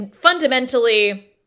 fundamentally